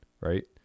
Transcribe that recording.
right